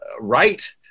right